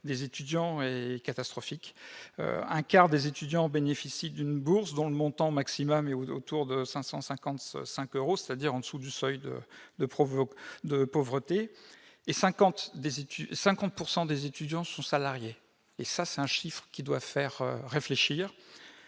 des étudiants est catastrophique. Un quart d'entre eux bénéficient d'une bourse dont le montant maximal se situe autour de 555 euros, c'est-à-dire en dessous du seuil de pauvreté, et 50 % des étudiants sont salariés. Ce dernier chiffre doit faire réfléchir